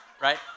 Right